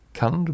kan